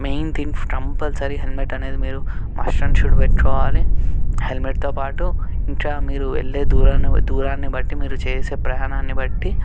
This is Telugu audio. మెయిన్ థింగ్ కంపల్సరీ హెల్మెట్ అనేది మీరు మస్ట్ అండ్ షుడ్ పెట్టుకోవాలి హెల్మెట్తో పాటు ఇంకా మీరు వెళ్ళే దూరాన్ని బ దూరాన్ని బట్టి మీరు చేసే ప్రయాణాన్ని బట్టి